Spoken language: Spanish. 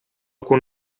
con